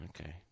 okay